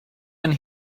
and